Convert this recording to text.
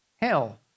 hell